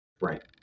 Right